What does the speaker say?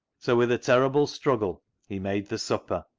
so with a terrible struggle he made the supper,